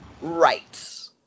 Right